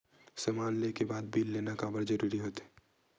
समान ले के बाद बिल लेना काबर जरूरी होथे?